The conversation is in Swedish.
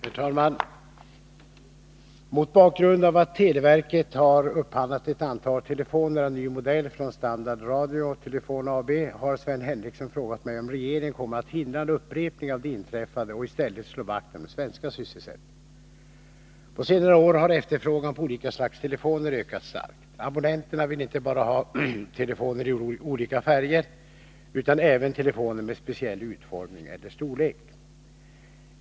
Herr talman! Mot bakgrund av att televerket har upphandlat ett antal telefoner av ny modell från Standard Radio & Telefon AB har Sven Henricsson frågat mig om regeringen kommer att hindra en upprepning av det inträffade och i stället slå vakt om den svenska sysselsättningen. På senare år har efterfrågan på olika slags telefoner ökat starkt. Abonnenterna vill inte bara ha telefoner i olika färger utan även telefoner med speciell utformning eller storlek.